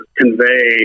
convey